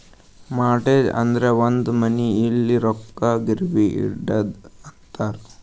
mortgage ಅಂದುರ್ ಒಂದ್ money ಇಲ್ಲ ರೊಕ್ಕಾ ಗಿರ್ವಿಗ್ ಇಡದು ಅಂತಾರ್